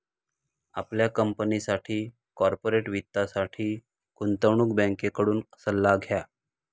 आपल्या कंपनीसाठी कॉर्पोरेट वित्तासाठी गुंतवणूक बँकेकडून सल्ला घ्या